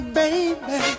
baby